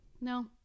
No